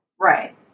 Right